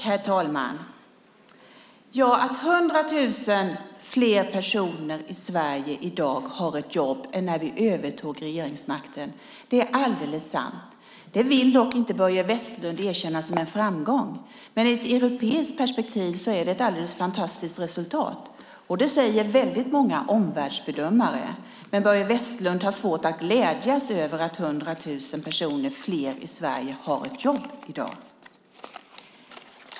Herr talman! Att hundra tusen fler personer i Sverige i dag har ett jobb än när vi övertog regeringsmakten är alldeles sant. Det vill dock inte Börje Vestlund erkänna som en framgång. I ett europeiskt perspektiv är det ett alldeles fantastiskt resultat. Det säger väldigt många omvärldsbedömare, men Börje Vestlund har svårt att glädjas över att hundra tusen fler personer i Sverige har ett jobb i dag.